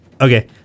Okay